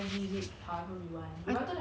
orh then 那个老师有没有拿到那个钱